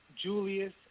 Julius